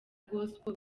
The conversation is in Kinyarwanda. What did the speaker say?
gospel